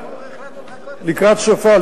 לקראת סופה,